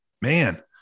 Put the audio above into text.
man